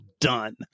done